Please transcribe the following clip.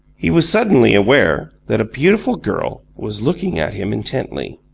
he was suddenly aware that a beautiful girl was looking at him intently.